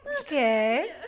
okay